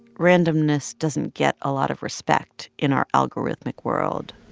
randomness doesn't get a lot of respect in our algorithmic world